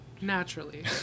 Naturally